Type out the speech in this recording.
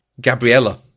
Gabriella